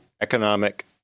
economic